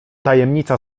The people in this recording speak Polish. tajemnica